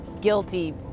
guilty